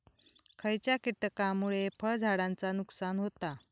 खयच्या किटकांमुळे फळझाडांचा नुकसान होता?